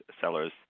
sellers